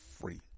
free